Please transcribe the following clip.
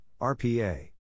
RPA